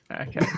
Okay